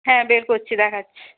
হ্যাঁ বের করছি দেখাচ্ছি